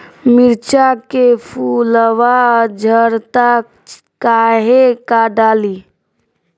मिरचा के फुलवा झड़ता काहे का डाली?